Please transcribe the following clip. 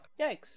Yikes